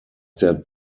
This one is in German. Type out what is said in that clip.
der